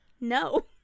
No